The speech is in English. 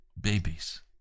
babies